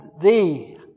thee